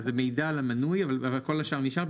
אז זה מידע על המינוי אבל כל השאר נשאר,